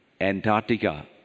Antarctica